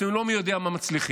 אתם לא מי יודע מה מצליחים.